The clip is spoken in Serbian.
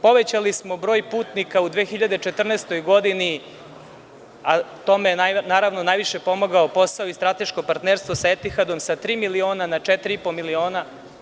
Povećali smo broj putnika u 2014. godini a tome je, naravno, najviše pomogao posao i strateško partnerstvo sa Etihadom, sa tri miliona na četiri i po miliona.